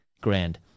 grand